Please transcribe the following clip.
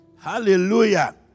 Hallelujah